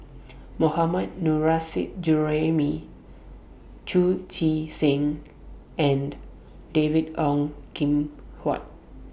Mohammad Nurrasyid Juraimi Chu Chee Seng and David Ong Kim Huat